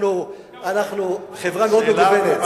אנחנו חברה מאוד מגוונת.